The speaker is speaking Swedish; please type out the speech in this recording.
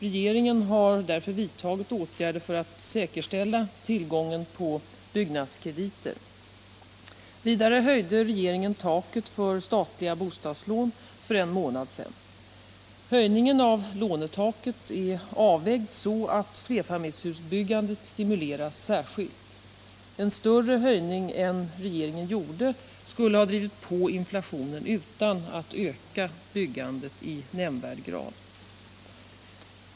Regeringen har därför vidtagit åtgärder för att säkerställa tillgången på byggnadskrediter. Vidare höjde regeringen taket för statliga bostadslån för en månad sedan. Höjningen av lånetaket är avvägd så, att flerfamiljshusbyggandet stimuleras särskilt. En större höjning än regeringen gjorde skulle ha drivit på inflationen utan att öka byggandet i nämnvärd grad.